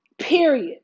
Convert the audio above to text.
Period